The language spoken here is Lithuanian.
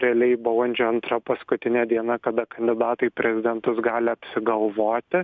realiai balandžio antra paskutinė diena kada kandidatai į prezidentus gali apsigalvoti